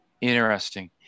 Interesting